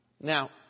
Now